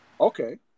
Okay